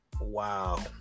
Wow